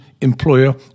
employer